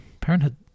parenthood